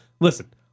listen